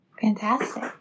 Fantastic